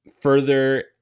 further